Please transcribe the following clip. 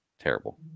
terrible